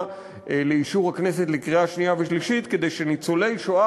לאישור הכנסת בקריאה שנייה ושלישית כדי שניצולי שואה